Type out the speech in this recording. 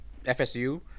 FSU